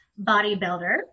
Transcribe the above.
bodybuilder